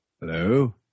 Hello